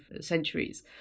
centuries